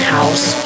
House